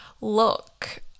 look